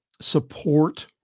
support